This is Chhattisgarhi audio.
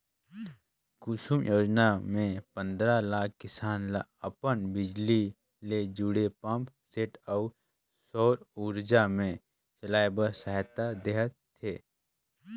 कुसुम योजना मे पंदरा लाख किसान ल अपन बिजली ले जुड़े पंप सेट ल सउर उरजा मे चलाए बर सहायता देह थे